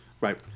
Right